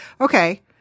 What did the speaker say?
okay